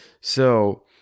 So-